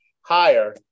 higher